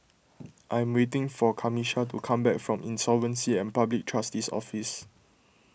I am waiting for Camisha to come back from Insolvency and Public Trustee's Office